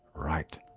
right,